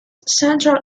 central